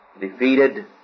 defeated